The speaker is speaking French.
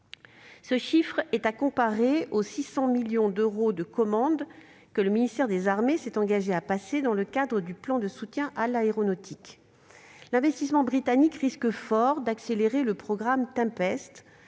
Ce montant est à comparer aux 600 millions d'euros de commandes que le ministère des armées s'est engagé à passer dans le cadre du plan de soutien à l'aéronautique. L'investissement britannique risque fort d'accélérer le programme , dont